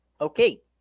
Okay